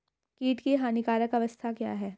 कीट की हानिकारक अवस्था क्या है?